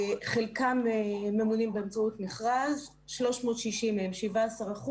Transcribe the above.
חלקם ממונים באמצעות מכרז; 360 מהם, 17%,